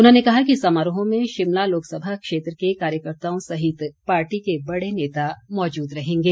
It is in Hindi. उन्होंने कहा कि समारोह में शिमला लोकसभा क्षेत्र के कार्यकर्त्ताओं सहित पार्टी के बड़े नेता मौजूद रहेंगे